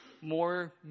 more